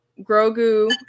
Grogu